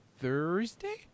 Thursday